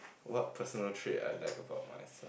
what personal trait I like about myself